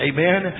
Amen